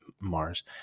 Mars